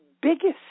biggest